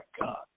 God